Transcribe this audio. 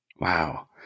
Wow